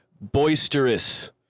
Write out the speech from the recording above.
boisterous